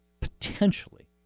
potentially